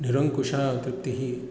निरङ्कुशा तृप्तिः